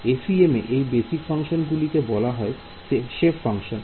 FEM এ এই basic function গুলিকে বলা হয় সেপ ফাংশন